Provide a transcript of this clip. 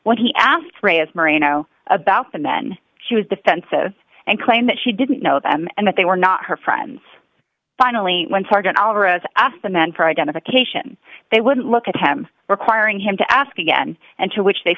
when he asked for a as merino about the men she was defensive and claim that she didn't know them and that they were not her friends finally when sergeant alvarez asked the men for identification they wouldn't look at him requiring him to ask again and to which they